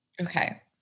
Okay